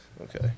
Okay